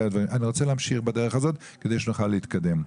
אני רוצה להמשיך בדרך הזו כדי שנוכל להתקדם.